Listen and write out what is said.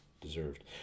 deserved